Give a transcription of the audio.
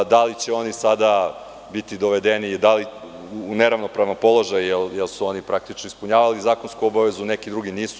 Da li će oni sada biti dovedeni u neravnopravan položaj, jer su oni praktično ispunjavali zakonsku obavezu, neki drugi nisu.